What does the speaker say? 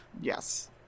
Yes